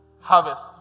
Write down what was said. Harvest